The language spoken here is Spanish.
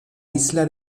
isla